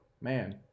Man